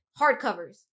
Hardcovers